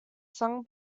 sung